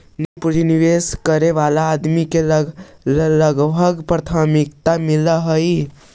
निजी पूंजी के निवेश करे वाला आदमी के लाभांश में प्राथमिकता मिलऽ हई